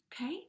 okay